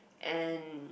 and